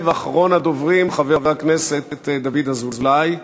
אחרון הדוברים, חבר הכנסת דוד אזולאי,